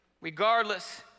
Regardless